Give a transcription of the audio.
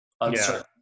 uncertain